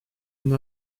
une